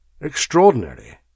Extraordinary